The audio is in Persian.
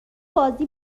بازی